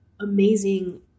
amazing